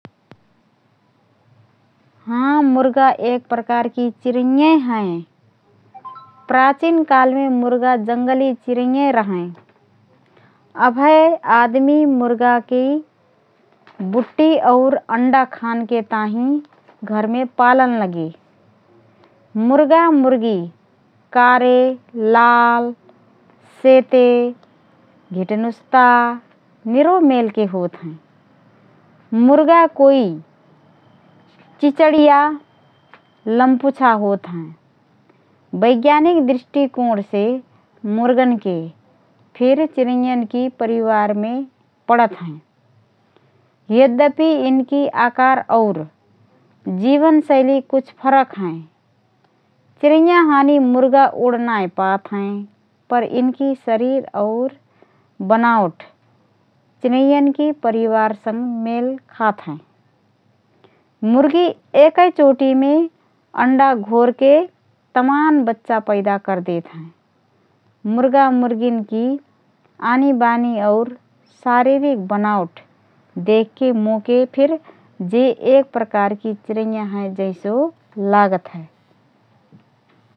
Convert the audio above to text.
हँ, मुर्गा एक प्रकारकी चिरैँयए हएँ । प्राचीन कालमे मुर्गा जङ्गली चिरैँयए रहएँ । अभए आदमी मुर्गाकी बुट्टी और अण्डा खानके ताहिँ घरमे पालन लगे । मुर्गा, मुर्गी कारे, लाल, सेते, घिटनुस्ता निरो मेलके होतहएँ। मुर्गा कोइ चिचडिया, लम्पुछा होतहएँ । वैज्ञानिक दृष्टिकोणसे मुर्गनके फिर चिरैँयनकी परिवारमे पडत हए । यद्यपि यिनको आकार और जीवनशैली कुछ फरक हएँ । चिरैँया हानी मुर्गा उड् नाएँ पात हएँ । पर यिनकी शरीर और बनावट चिरैँयनकी परिवारसँग मेल खात हएँ । मुर्गिया एकए चोटीमे अन्डा घोरके तमान बच्चा पैदा करदेत हएँ । मुर्गा मुर्गियनकी आनीबानी और शारीरिक बनावट देखके मोके फिर जे एक प्रकारकी चिरैँयए हएँ जैसो लागत हए ।